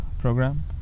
program